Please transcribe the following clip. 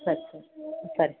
ಸರಿ ಸರಿ ಸರಿ ಸರಿ